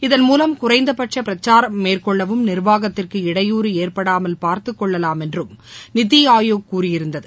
இதன் மூலம் குறைந்தபட்ச பிரக்னரம் மேற்கொள்ளவும் நிர்வாகத்திற்கு இடையூறு ஏற்படாமல் பார்த்துக் கொள்ளலாம் என்றும் நித்தி ஆயோக் கூறியிருந்தது